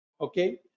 okay